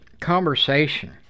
conversation